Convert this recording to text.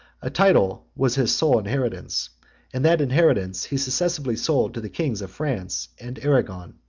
a title was his sole inheritance and that inheritance he successively sold to the kings of france and arragon.